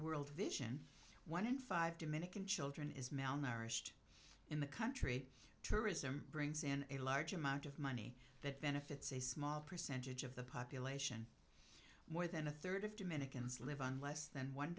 world vision one in five dominican children is malnourished in the country tourism brings in a large amount of money that benefits a small percentage of the population more than a third of dominican live on less than one